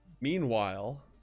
meanwhile